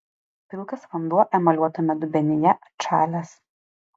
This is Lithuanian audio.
pilkas vanduo emaliuotame dubenyje atšalęs